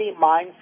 mindset